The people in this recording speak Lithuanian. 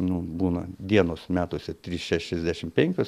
nu būna dienos metuose trys šešiasdešim penkios